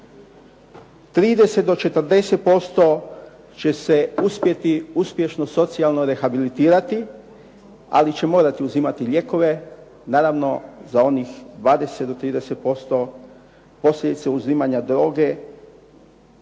do 40% će se uspjeti uspješno socijalno rehabilitirati, ali će morati uzimati lijekove naravno za onih 20 do 30%. Posljedice uzimanja droge